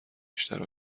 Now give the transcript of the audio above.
بیشتر